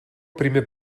primer